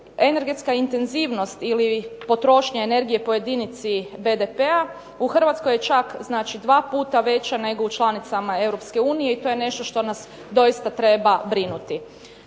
energetska intenzivnost ili potrošnja energije po jedinici BDP-a u Hrvatskoj je čak 2 puta veća nego u članicama EU i to je nešto što nas doista treba brinuti.